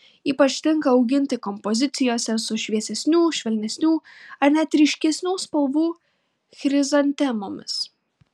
ypač tinka auginti kompozicijose su šviesesnių švelnesnių ar net ryškesnių spalvų chrizantemomis